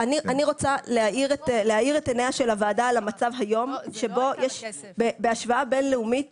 אני רוצה להאיר את עיניה של הוועדה למצב היום שבו בהשוואה בין-לאומית